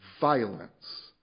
violence